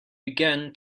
began